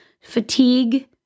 fatigue